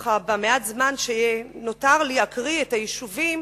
במעט הזמן שנותר לי אני אקריא את שמות היישובים